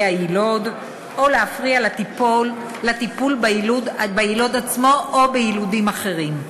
היילוד או להפריע לטיפול ביילוד עצמו או ביילודים אחרים.